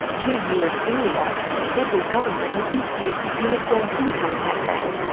two years earlier, the federal government had introduced the uniform income tax act,